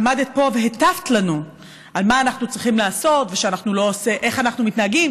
עמדת פה והטפת לנו על מה אנחנו צריכים לעשות ואיך אנחנו מתנהגים,